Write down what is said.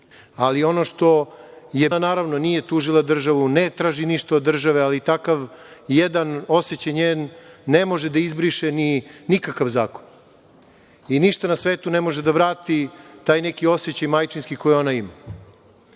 je da ona, naravno nije tužila državu, ne traži ništa od države, ali takav jedan njen osećaj ne može da izbriše nikakav zakon. Ništa na svetu ne može da vrati taj neki osećaj majčinski koji ona ima. Mi